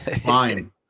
Fine